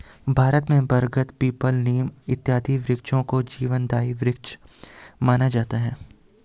भारत में बरगद पीपल नीम इत्यादि वृक्षों को जीवनदायी वृक्ष माना जाता है